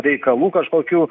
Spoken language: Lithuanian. reikalų kažkokių